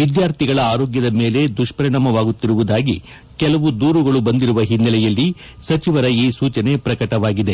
ವಿದ್ಯಾರ್ಥಿಗಳ ಆರೋಗ್ಲದ ಮೇಲೆ ದುಷ್ಪರಿಣಾಮವಾಗುತ್ತಿರುವುದಾಗಿ ಕೆಲವು ದೂರುಗಳು ಬಂದಿರುವ ಹಿನ್ನೆಲೆಯಲ್ಲಿ ಸಚಿವರ ಈ ಸೂಚನೆ ಪ್ರಕಟವಾಗಿದೆ